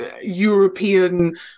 European